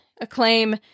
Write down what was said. acclaim